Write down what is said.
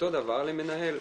אותו דבר למנהל.